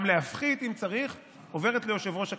גם להפחית, אם צריך, עוברת ליושב-ראש הכנסת,